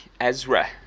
Ezra